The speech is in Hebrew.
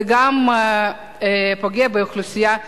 זה גם פוגע באוכלוסייה יהודית.